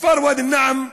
הכפר ואדי-אלנעם,